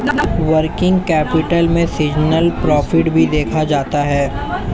working capital में seasonal profit भी देखा जाता है